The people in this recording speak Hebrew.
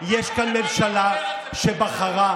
ראש הממשלה שנבחר.